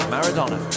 Maradona